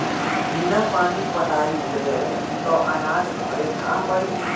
बिना पानी पटाइले त अनाज घरे ना आ पाई